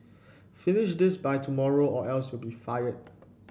finish this by tomorrow or else you'll be fired